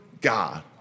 God